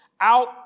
out